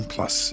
Plus